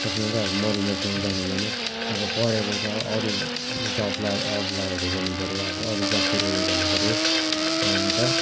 त्यसमै त अब मरिमेट्नु जानु भएन अब पढेको छ अरू जबलाई अप्लाईहरू गर्नुपऱ्यो अब अरू जबतिर उयो गर्नु पऱ्यो अन्त